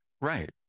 Right